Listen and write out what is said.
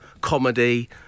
comedy